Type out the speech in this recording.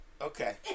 Okay